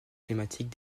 climatique